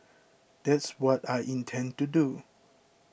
that's what I intend to do